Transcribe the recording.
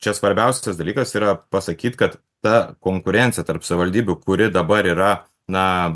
čia svarbiausias dalykas yra pasakyt kad ta konkurencija tarp savivaldybių kuri dabar yra na